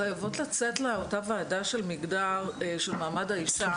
אנחנו חייבות לצאת לאותה ועדה לקידום מעמד האישה.